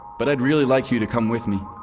but i'd really like you to come with me.